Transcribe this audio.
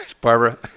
Barbara